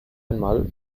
einmal